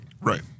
Right